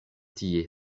tie